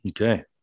okay